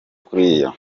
kuriya